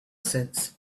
sense